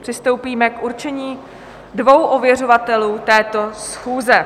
Přistoupíme k určení dvou ověřovatelů této schůze.